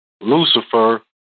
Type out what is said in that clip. Lucifer